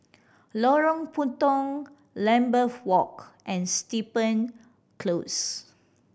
Lorong Puntong Lambeth Walk and Steven Close